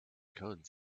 code